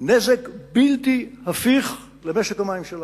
נזק בלתי הפיך למשק המים שלנו.